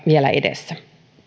vielä edessä